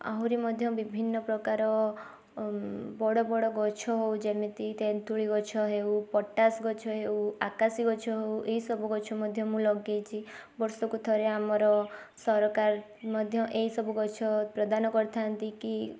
ଆହୁରି ମଧ୍ୟ ବିଭିନ୍ନ ପ୍ରକାର ବଡ଼ ବଡ଼ ଗଛ ହଉ ଯେମିତି ତେନ୍ତୁଳି ଗଛ ହେଉ ପଟାସ୍ ଗଛ ହେଉ ଆକାଶି ଗଛ ହଉ ଏଇ ସବୁ ଗଛ ମଧ୍ୟ ମୁଁ ଲଗେଇଛି ବର୍ଷକୁ ଥରେ ଆମର ସରକାର ମଧ୍ୟ ଏଇ ସବୁ ଗଛ ପ୍ରଦାନ କରିଥାନ୍ତି କି